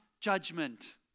judgment